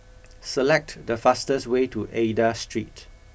select the fastest way to Aida Street